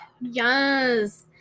yes